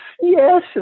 yes